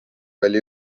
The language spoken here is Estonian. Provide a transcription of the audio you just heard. oli